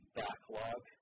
backlog